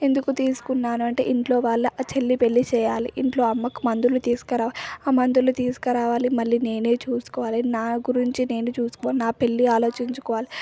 ఎందుకు తీసుకున్నాను అంటే ఇంట్లో వాళ్ళ చెల్లి పెళ్ళి చేయాలి ఇంట్లో అమ్మకు మందులు తీసుకురావాలి ఆ మందులు తీస్కరావాలి మళ్ళీ నేనే చూసుకోవాలి నా గురించి నేను చూసుకోవాలి నా పెళ్ళి ఆలోచించుకోవాలి